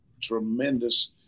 tremendous